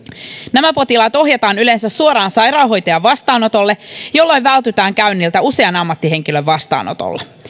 nämä potilaat ohjataan yleensä suoraan sairaanhoitajan vastaanotolle jolloin vältytään käynniltä usean ammattihenkilön vastaanotolla